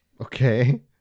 Okay